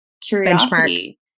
curiosity